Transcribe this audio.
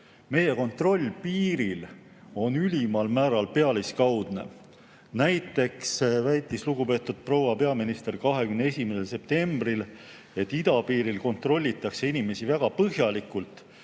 Meie kontroll piiril on ülimal määral pealiskaudne. Näiteks väitis lugupeetud proua peaminister 21. septembril, et idapiiril kontrollitakse inimesi väga põhjalikult.